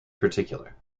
particular